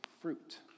fruit